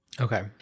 Okay